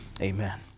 amen